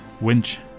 winch